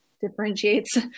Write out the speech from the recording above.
differentiates